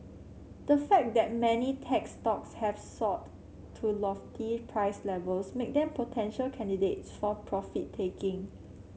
the fact that many tech stocks have soared to lofty price levels make them potential candidates for profit taking